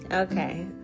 okay